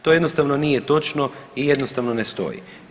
To jednostavno nije točno i jednostavno ne stoji.